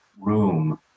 room